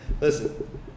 listen